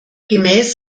gemäß